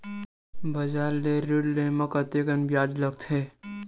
बजार ले ऋण ले म कतेकन ब्याज लगथे?